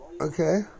Okay